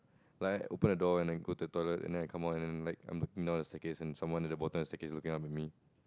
like I open the door and then go to the toilet and then come out and like I'm looking down the staircase and someone at the bottom is looking up at me